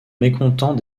mécontents